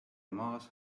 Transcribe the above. maas